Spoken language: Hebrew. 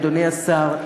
אדוני השר,